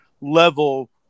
level